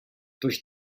durch